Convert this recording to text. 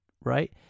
right